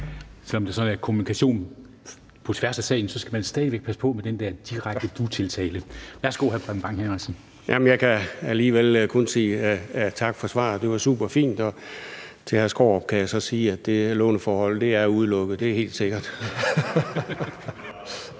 Selv om det er kommunikation på tværs af salen, skal man stadig væk passe på med den direkte dutiltale. Værsgo, hr. Preben Bang Henriksen. Kl. 10:21 Preben Bang Henriksen (V): Jeg kan alligevel kun sige tak for svaret. Det var super fint. Til hr. Peter Skaarup kan jeg så sige, at det låneforhold er udelukket. Det er helt sikkert.